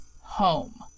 home